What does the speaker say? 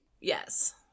Yes